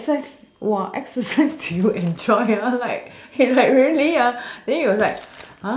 what exercise what exercise do you enjoy ah like like really ah then he was like